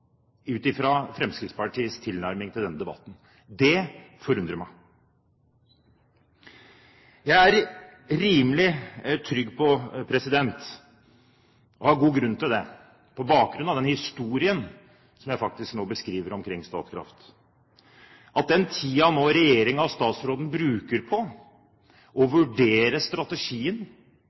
Det forundrer meg. Jeg er rimelig trygg på – med god grunn, på bakgrunn av historien om Statkraft, som jeg omtalte – at den tiden regjeringen og statsråden nå bruker på å vurdere strategien